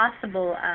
possible